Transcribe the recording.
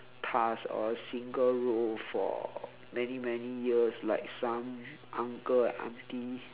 path or a single road for many many years like some uncle and aunty